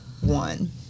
one